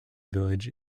village